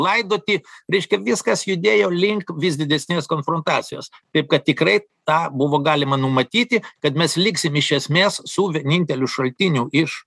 laidoti reiškia viskas judėjo link vis didesnės konfrontacijos taip kad tikrai tą buvo galima numatyti kad mes liksim iš esmės su vieninteliu šaltiniu iš